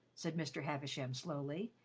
said mr. havisham slowly,